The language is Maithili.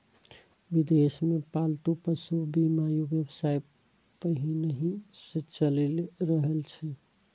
विदेश मे पालतू पशुक बीमा व्यवसाय पहिनहि सं चलि रहल छै